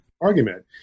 argument